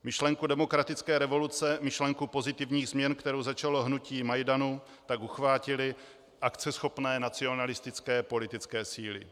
Myšlenku demokratické revoluce, myšlenku pozitivních změn, kterou začalo hnutí Majdanu, tak uchvátily akceschopné nacionalistické politické síly.